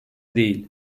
değil